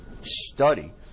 study